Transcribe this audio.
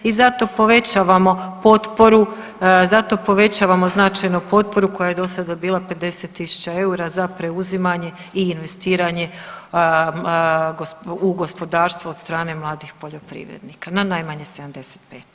I zato povećavamo potporu, zato povećamo značajno potporu koja je dosada bila 50.000 EUR-a za preuzimanje i investiranje u gospodarstvo od strane mladih poljoprivrednika na najmanje 75.